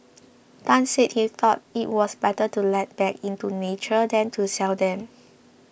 Tan said he thought it was better to let back into nature than to sell them